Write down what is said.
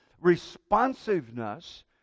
Responsiveness